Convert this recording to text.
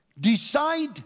Decide